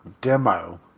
demo